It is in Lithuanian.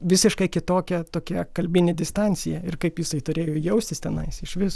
visiškai kitokia tokia kalbinė distancija ir kaip jisai turėjo jaustis tenai išvis